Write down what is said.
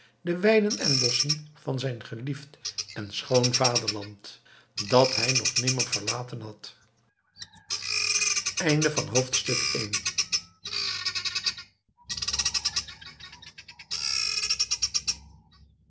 de weiden en bosschen van zijn geliefd en schoon vaderland dat hij nog nimmer verlaten had